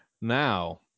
Now